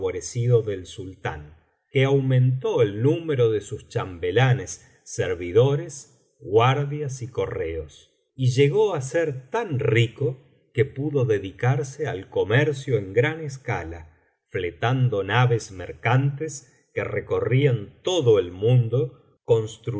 favorecido del sultán que aumentó el número de sus chambelanes servidores guardias y correos y llegó á ser tan rico que pudo dedicarse al comercio en gran escala fletando naves mercantes que recorrían todo el mundo